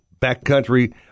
backcountry